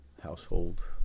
household